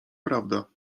prawda